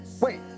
Wait